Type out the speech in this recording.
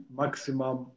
maximum